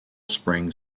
spring